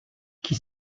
qui